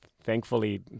thankfully